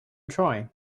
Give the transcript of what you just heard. try